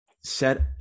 set